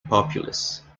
populace